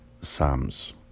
Psalms